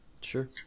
Sure